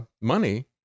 money